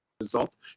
results